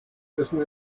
essen